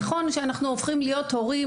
נכון שאנחנו הופכים להיות הורים.